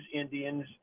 Indians